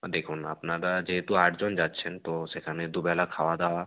দেখুন আপনারা যেহেতু আট জন যাচ্ছেন তো সেখানে দু বেলা খাওয়া দাওয়া